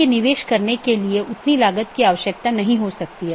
एक BGP के अंदर कई नेटवर्क हो सकते हैं